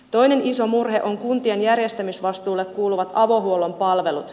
toinen iso murhe on kuntien järjestämisvastuulle kuuluvat avohuollon palvelut